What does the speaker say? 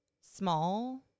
small